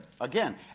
again